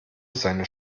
seine